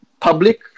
public